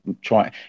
try